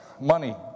money